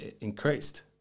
increased